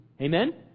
Amen